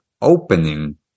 opening